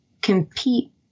compete